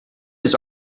his